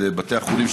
בתי החולים,